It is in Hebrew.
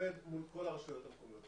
שעובד מול כל הרשויות המקומיות,